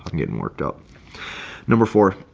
getting worked up number for